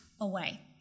away